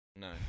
No